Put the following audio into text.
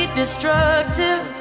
destructive